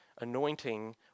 anointing